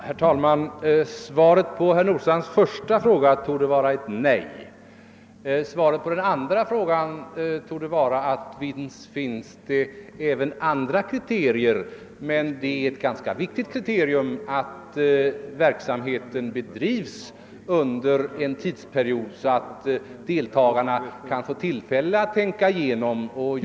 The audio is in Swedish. Herr talman! Svaret på herr Nordstrandhs första fråga torde vara ett nej. Svaret på den andra frågan torde vara att det visst finns även andra kriterier, men det är ett ganska viktigt kriterium att verksamheten bedrivs under en så lång tidsperiod att deltagarna kan få tillfälle att tänka igenom det hela.